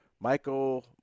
Michael